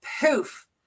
poof